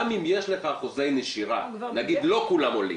גם אם יש לך אחוזי נשירה, נגיד לא כולם עולים,